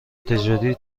تجاری